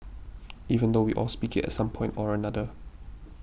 even though we all speak it at some point or another